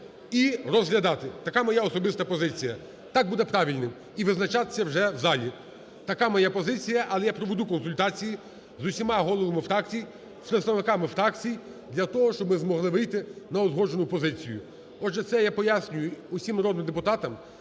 і розглядати – така моя особиста позиція, так буде правильно, і визначатися вже в залі, така моя позиція. Але я проведу консультації з усіма головами фракцій, з представниками фракцій для того, щоб ми змогли вийти на узгоджену позицію. Отже, це я пояснюю всім народним депутатам,